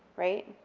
right?